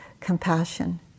compassion